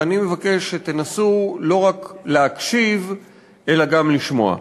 ואני מבקש שתנסו לא רק להקשיב אלא גם לשמוע.